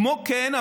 כמו כן,